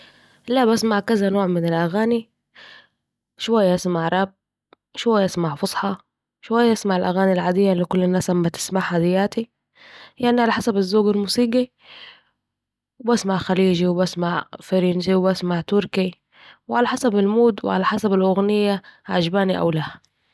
لا بسمع كذه نوع من الاغاني ، شوية اسمع راب شوية اسمع عربي فصحي شوية اسمع الاغاني العاديه الي كل الناس امتسمعها دياتي يعني على حسب الذوق الموسيقي، و بسمع خليجي ساعات بسمع فرنسي بسمع تركي، و على حسب المود وعلى حسب الاغنيه عجباني أو لاه